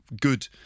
good